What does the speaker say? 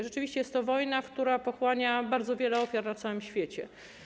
Rzeczywiście, jest to wojna, która pochłania bardzo wiele ofiar na całym świecie.